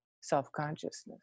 self-consciousness